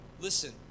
Listen